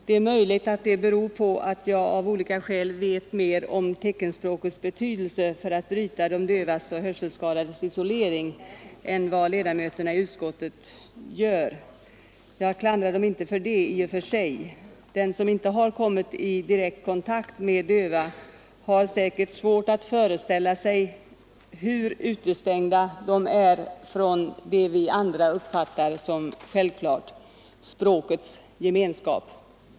Det är möjligt att min otålighet beror på att jag av olika skäl vet mer om teckenspråkets betydelse för att bryta de dövas och hörselskadades isolering än vad ledamöterna av utskottet gör. Jag klandrar dem i och för sig inte härför; den som inte kommit i direktkontakt med döva har säkert svårt att föreställa sig hur utestängda dessa är från det som vi andra tar som självklart — språkets gemenskap.